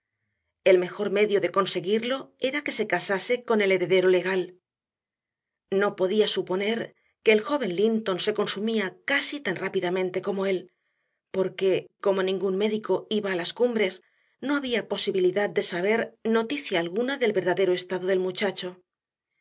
el mejor medio de conseguirlo era que se casase con el heredero legal no podía suponer que el joven linton se consumía casi tan rápidamente como él porque como ningún médico iba a las cumbres no había posibilidad de saber noticia alguna del verdadero estado del muchacho